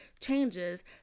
changes